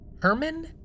Herman